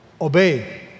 obey